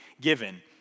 given